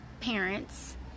parents